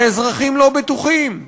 האזרחים לא בטוחים,